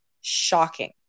shocking